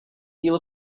deal